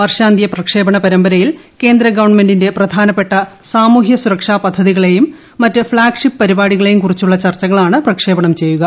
വർഷാന്ത്യ പ്രക്ഷേപണ പരമ്പരയിൽ കേന്ദ്രഗവൺമെന്റിന്റെ പ്രധാനപ്പെട്ട സാമൂഹ്യസുരക്ഷാ പദ്ധതികളെയും മറ്റ് ഫ്ളാഗ്ഷിപ്പ് പരിപാടികളെയും കുറിച്ചുള്ള ചർച്ചകൾ ആണ് പ്രക്ഷേപണം ചെയ്യുക